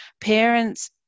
parents